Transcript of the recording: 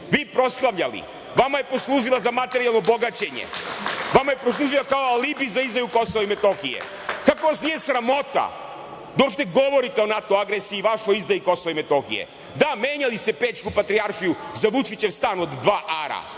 vi proslavljali. Vama je poslužila za materijalno bogaćenje. Vama je poslužila kao alibi za izdaju Kosova i Metohije. Kako vas nije sramota da uopšte govorite o NATO agresiji i vašoj izdaji Kosova i Metohije? Da, menjali ste Pećku patrijaršiju za Vučićev stan od dva ara,